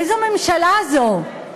איזו ממשלה זו?